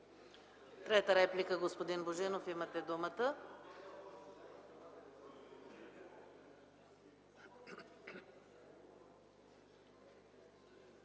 Трета реплика – господин Божинов, имате думата.